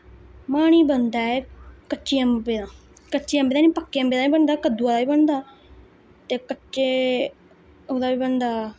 माह्नी बनदा ऐ कच्चें अम्बें दा कच्चें अम्बें दा गै नेईं पक्के अम्बें दा बी बनदा कद्दू दा बी बनदा ते कच्चे ओह्दा बी बनदा